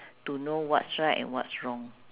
to know what's right and what's wrong